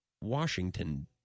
Washington